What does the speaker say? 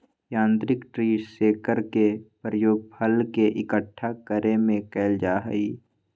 यांत्रिक tree shaker के प्रयोग फल के इक्कठा करे में कइल जाहई